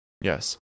Yes